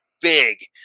big